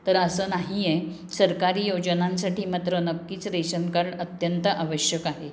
तर असं नाही आहे सरकारी योजनांसाठी मात्र नक्कीच रेशन कार्ड अत्यंत आवश्यक आहे